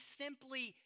simply